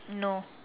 no